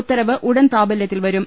ഉത്തരവ് ഉടൻ പ്രാബലൃത്തിൽ വരും